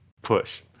push